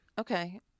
Okay